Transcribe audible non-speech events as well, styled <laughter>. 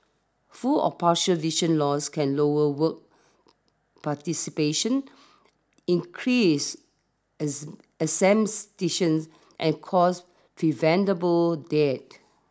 full or partial vision loss can lower work participation increase <unintelligible> absenteeism and cause preventable deaths